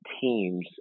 teams